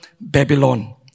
Babylon